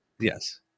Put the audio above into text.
Yes